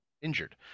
injured